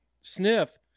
sniff